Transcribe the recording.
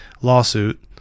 lawsuit